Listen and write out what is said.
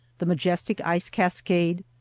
the majestic ice-cascade,